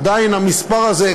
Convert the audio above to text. עדיין המספר הזה,